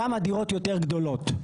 שם הדירות יותר גדולות.